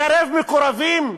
לקרב מקורבים?